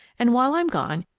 and while i'm gone,